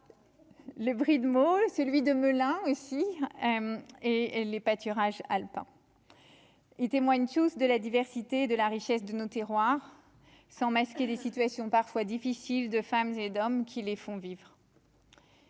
le brie de Meaux, celui de Melun aussi et et les pâturages alpins, il témoigne chose de la diversité de la richesse de nos tiroirs sans masquer les situations parfois difficiles de femmes et d'hommes qui les font vivre.